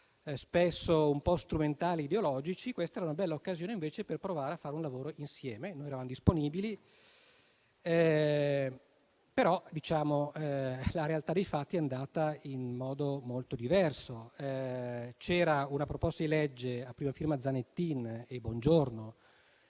motivi un po' strumentali e ideologici. Questa era una bella occasione per provare a fare un lavoro insieme e noi eravamo disponibili. Però la realtà dei fatti è andata in modo molto diverso. C'era una proposta legge a prima firma Zanettin e Bongiorno,